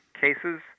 cases